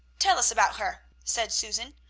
tell us about her, said susan.